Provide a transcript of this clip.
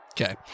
Okay